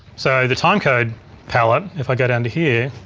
so the timecode palette, if i go down to here,